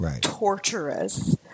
torturous